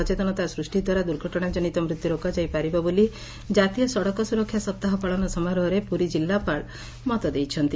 ସଚେତନତା ସୃଷ୍ ିଦ୍ୱାରା ଦୁର୍ଘଟଣା କନିତ ମୃତ୍ୟୁ ରୋକାଯାଇ ପାରିବ ବୋଲି ଜାତୀୟ ସଡ଼କ ସ୍ବରକ୍ଷା ସପ୍ତାହ ପାଳନ ସମାରୋହରେ ପୁରୀ ଜିଲ୍ଲାପାଳ ମତ ଦେଇଛନ୍ତି